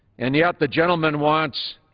and yet the gentleman wants